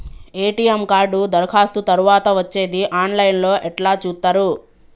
ATM card దరఖాస్తు తరువాత వచ్చేది ఆన్ లైన్ లో ఎట్ల చూత్తరు?